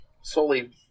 solely